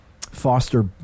foster